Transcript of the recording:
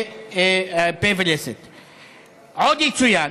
עוד יצוין